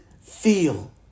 feel